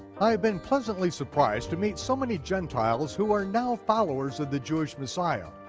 i've been pleasantly surprised to meet so many gentiles who are now followers of the jewish messiah.